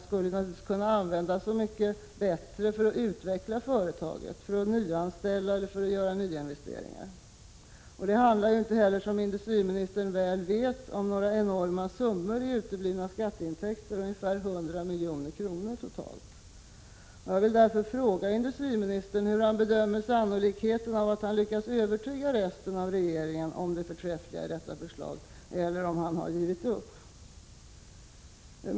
skulle naturligtvis kunna användas på ett mycket bättre sätt för att utveckla företaget, för att nyanställa, eller för att göra nyinvesteringar. Det handlar inte heller, som industriministern väl vet, om några enorma summor i uteblivna skatteintäkter— totalt ungefär 100 milj.kr. Jag vill därför fråga industriministern hur han bedömer sannolikheten av att han skall lyckas övertyga resten av regeringen om det förträffliga i detta förslag, eller om han har givit upp.